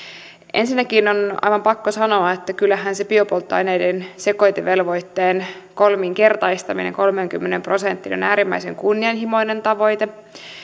ensinnäkin on aivan pakko sanoa että kyllähän se biopolttoaineiden sekoitevelvoitteen kolminkertaistaminen kolmeenkymmeneen prosenttiin on äärimmäisen kunnianhimoinen tavoite